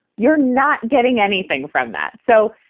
you're not getting anything from that. so,